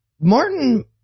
Martin